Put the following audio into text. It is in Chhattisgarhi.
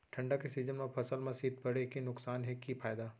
ठंडा के सीजन मा फसल मा शीत पड़े के नुकसान हे कि फायदा?